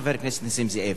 חבר הכנסת נסים זאב.